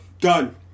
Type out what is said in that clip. Done